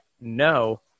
no